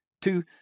two